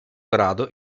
grado